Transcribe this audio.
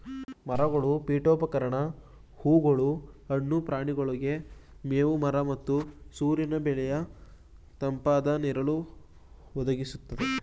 ಮರಗಳು ಪೀಠೋಪಕರಣ ಹೂಗಳು ಹಣ್ಣು ಪ್ರಾಣಿಗಳಿಗೆ ಮೇವು ಮರದ ಮತ್ತು ಸೂರ್ಯನ ಬೇಗೆಯ ತಂಪಾದ ನೆರಳು ಒದಗಿಸ್ತದೆ